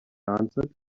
answered